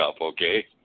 okay